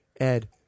Ed